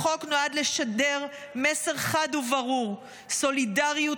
החוק נועד לשדר מסר חד וברור: סולידריות